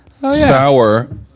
sour